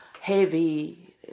heavy